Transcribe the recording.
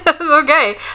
okay